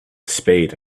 spade